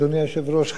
אדוני היושב-ראש,